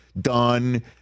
done